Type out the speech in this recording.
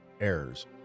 errors